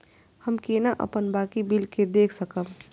हम केना अपन बाकी बिल के देख सकब?